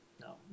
no